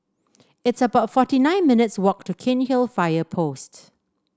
it's about forty nine minutes' walk to Cairnhill Fire Post